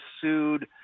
sued